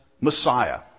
Messiah